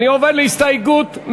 קבוצת סיעת ש"ס,